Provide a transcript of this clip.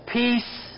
peace